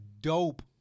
dope